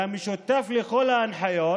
והמשותף לכל ההנחיות